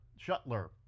Shuttler